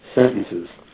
sentences